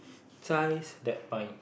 ties that bind